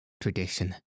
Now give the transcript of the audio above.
Tradition